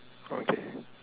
okay